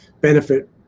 benefit